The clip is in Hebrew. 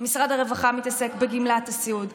משרד הרווחה מתעסק בגמלת הסיעוד.